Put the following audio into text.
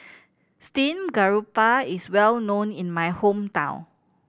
steamed garoupa is well known in my hometown